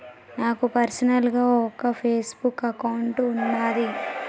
నాకు పర్సనల్ గా ఒక ఫేస్ బుక్ అకౌంట్ వున్నాది